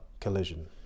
collision